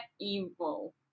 Evil